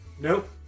nope